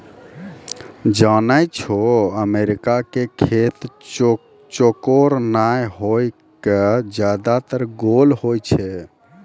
जानै छौ अमेरिका के खेत चौकोर नाय होय कॅ ज्यादातर गोल होय छै